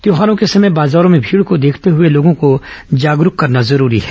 त्यौहारों के समय बाजारों में भीड़ को देखते हुए लोगों को जागरूक करना जरूरी है